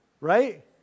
Right